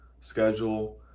schedule